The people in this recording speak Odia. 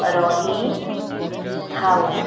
ରହି ଥାଉ